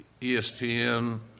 ESPN